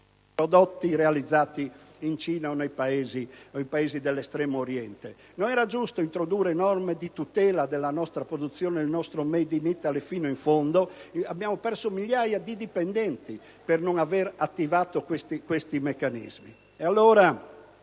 prodotti realizzati in Cina o nei Paesi dell'Estremo Oriente. Non era giusto introdurre norme di tutela della nostra produzione del nostro *made in Italy* fino in fondo? Abbiamo perso migliaia di dipendenti per non aver attivato questi meccanismi.